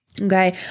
Okay